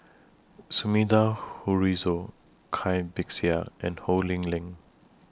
Sumida Haruzo Cai Bixia and Ho Lee Ling